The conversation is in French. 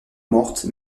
morte